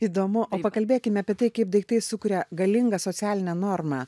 įdomu o pakalbėkim apie tai kaip daiktai sukuria galingą socialinę normą